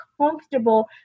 comfortable